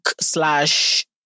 slash